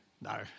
no